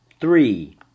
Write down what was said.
three